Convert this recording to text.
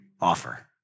offer